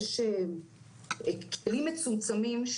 את האנשים הכי טובים,